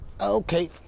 Okay